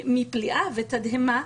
מפליאה ותדהמה,